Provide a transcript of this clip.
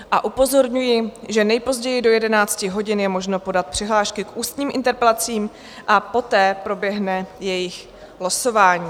A upozorňuji, že nejpozději do 11 hodin je možno podat přihlášky k ústním interpelacím a poté proběhne jejich losování.